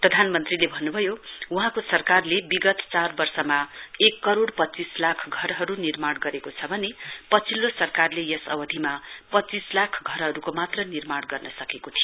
प्रधानमन्त्रीले भन्न्भयो वहाँको सरकारले विगत चार वर्षमा एक करोड़ पच्चीस लाख घरहरु निर्माण गरेको छ भने पछिल्लो सरकारले यस अवधिमा पच्चीस लाख घरहरुको मात्र निर्माण गर्न सकेको थियो